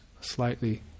slightly